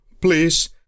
Please